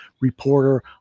reporter